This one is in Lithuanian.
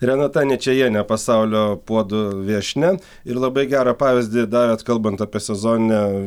renata ničajienė pasaulio puodų viešnia ir labai gerą pavyzdį davėt kalbant apie sezoninę